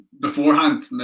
beforehand